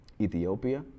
ethiopia